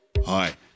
Hi